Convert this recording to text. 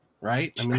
Right